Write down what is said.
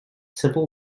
civil